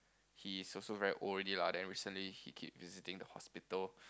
he's also very old already lah then recently he keep visiting the hospital